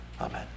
amen